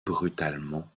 brutalement